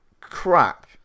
crap